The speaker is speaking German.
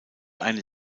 eine